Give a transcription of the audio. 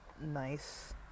nice